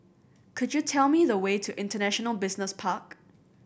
could you tell me the way to International Business Park